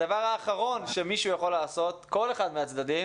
הדבר האחרון שמי שיכול לעשות כל אחד מהצדדים